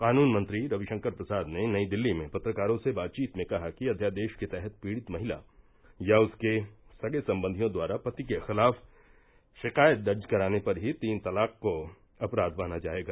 कानून मंत्री रविशंकर प्रसाद ने नई दिल्ली में पत्रकारों से बातचीत में कहा कि अध्यादेश के तहत पीड़ित महिला या उसके सगे संबंधियों द्वारा पति के खिलाफ शिकायत दर्ज कराने पर ही तीन तलाक को अपराय माना जाएगा